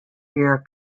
gear